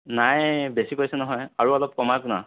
নাই বেছি কৈছে নহয় আৰু অলপ কমাওক না